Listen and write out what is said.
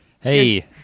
Hey